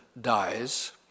dies